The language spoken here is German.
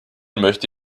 möchte